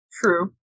True